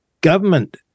government